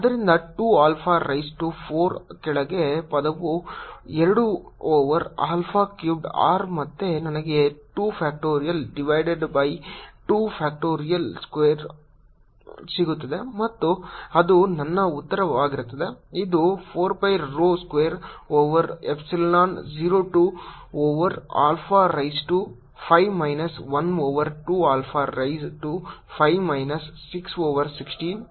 ಆದ್ದರಿಂದ 2 alpha raise to 4 ಕಳೆದ ಪದವು 2 ಓವರ್ ಆಲ್ಫಾ ಕ್ಯುಬೆಡ್ r ಮತ್ತೆ ನನಗೆ 2 factorial divided by 2 alpha square ಸಿಗುತ್ತದೆ ಮತ್ತು ಅದು ನನ್ನ ಉತ್ತರವಾಗಿರುತ್ತದೆ ಇದು 4 pi rho square over epsilon 0 2 over alpha raise to 5 minus 1 over 2 alpha raise to 5 minus 6 over 16